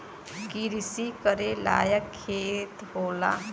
किरसी करे लायक खेत होला